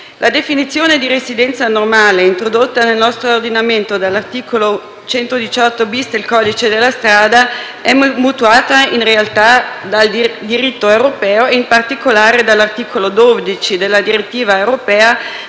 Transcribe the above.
La definizione di «residenza normale», introdotta nel nostro ordinamento dall'articolo 118-*bis* del codice della strada, è mutuata in realtà dal diritto europeo e, in particolare, dall'articolo 12 della direttiva europea